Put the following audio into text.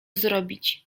zrobić